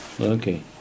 Okay